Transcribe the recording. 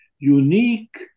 unique